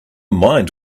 mind